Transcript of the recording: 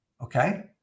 Okay